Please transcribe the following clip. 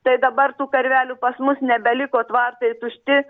tai dabar tų karvelių pas mus nebeliko tvartai tušti